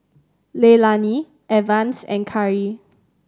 Leilani Evans and Khari